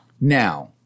Now